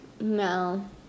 No